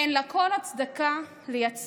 אין לו כל הצדקה לייצר